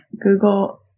Google